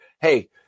hey